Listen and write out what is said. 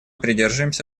придерживаемся